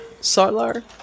Solar